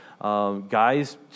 Guys